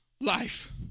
life